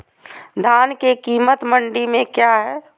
धान के कीमत मंडी में क्या है?